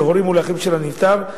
להורים ולאחים של הנפטר,